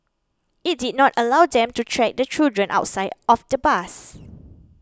it did not allow them to track the children outside of the bus